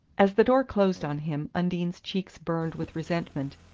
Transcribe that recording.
as the door closed on him undine's cheeks burned with resentment.